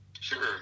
Sure